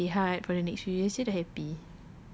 !alah! dia sihat for the next few years jer dah happy